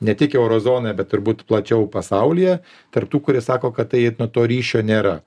ne tik euro zonoje bet turbūt plačiau pasaulyje tarp tų kurie sako kad tai nu to ryšio nėra